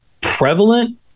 prevalent